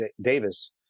Davis